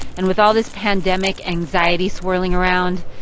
and with all this pandemic anxiety swirling around,